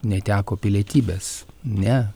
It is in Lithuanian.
neteko pilietybės ne